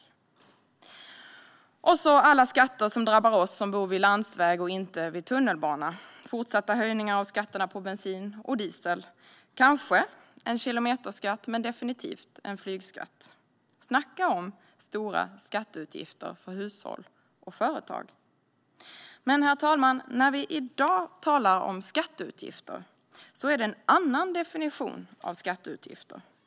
Till detta kommer alla skatter som drabbar oss som bor vid landsväg och inte vid tunnelbana: fortsatta höjningar av skatterna på bensin och diesel, kanske en kilometerskatt och definitivt en flygskatt. Snacka om stora skatteutgifter för hushåll och företag! Men, herr talman, när vi i dag talar om skatteutgifter är det en annan definition av skatteutgifter.